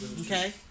Okay